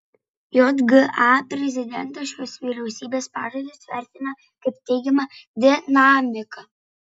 jga prezidentas šiuos vyriausybės pažadus vertina kaip teigiamą dinamiką